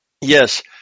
Yes